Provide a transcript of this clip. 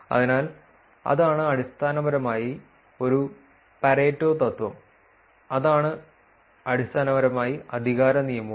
അതിനാൽ അതാണ് അടിസ്ഥാനപരമായി ഒരു പാരേറ്റോ തത്വം അതാണ് അടിസ്ഥാനപരമായി അധികാര നിയമവും